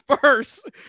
first